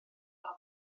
fel